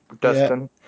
dustin